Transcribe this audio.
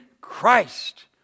Christ